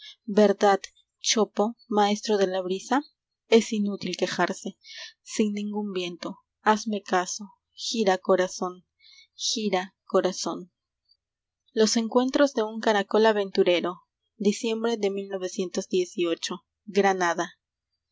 erdad chopo maestro de la brisa es inútil quejarse sin ningún viento hazme caso gira corazón gira corazón d iciem bre de